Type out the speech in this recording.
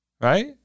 right